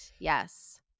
Yes